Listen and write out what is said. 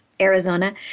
arizona